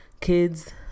kids